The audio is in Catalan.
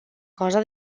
cosa